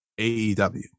AEW